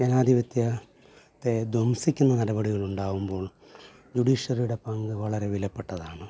ജനാധിപത്യത്തെ ധംസിക്കുന്ന നടപടികൾ ഉണ്ടാവുമ്പോൾ ജുഡീഷ്യറിയുടെ പങ്ക് വളരെ വിലപ്പെട്ടതാണ്